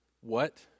What